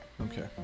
okay